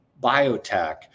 biotech